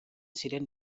ziren